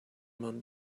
man